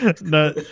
no